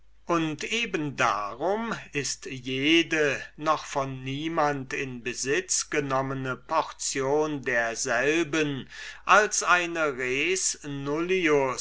und eben darum ist jede noch von niemand occupierte portion derselben als eine